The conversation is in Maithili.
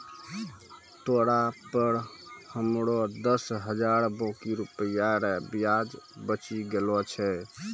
तोरा पर हमरो दस हजार बाकी रुपिया रो ब्याज बचि गेलो छय